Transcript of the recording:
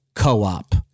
co-op